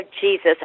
jesus